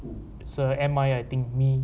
so M_I I think me